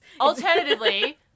Alternatively